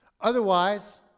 Otherwise